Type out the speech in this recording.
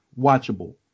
watchable